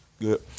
good